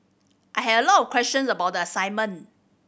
I had a lot of questions about the assignment